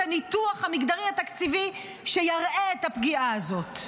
הניתוח המגדרי התקציבי שיראה את הפגיעה הזאת.